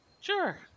sure